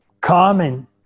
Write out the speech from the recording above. common